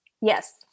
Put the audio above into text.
Yes